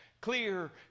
clear